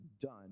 done